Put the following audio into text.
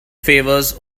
favours